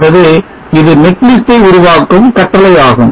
ஆகவே இது netlist ஐ உருவாக்கும் கட்டளை ஆகும்